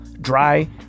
dry